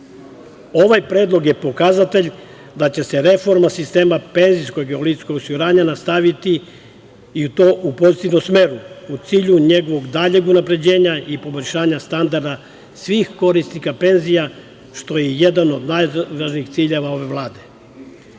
predlog je pokazatelj da će se reforma sistema penzijskog i invalidskog osiguranja nastaviti i to u pozitivnom smeru, u cilju njegovog daljeg unapređenja i poboljšanja standarda svih korisnika penzija, što je jedan od najvažnijih ciljeva ove Vlade. Još